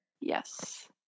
Yes